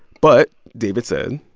but, david said,